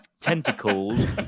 tentacles